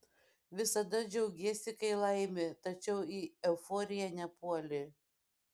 visada džiaugiesi kai laimi tačiau į euforiją nepuoli